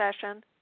session